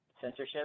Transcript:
censorship